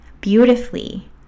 beautifully